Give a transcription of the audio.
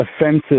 offensive